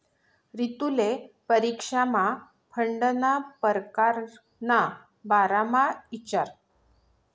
रितुले परीक्षामा फंडना परकार ना बारामा इचारं